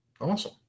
Awesome